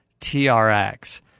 TRX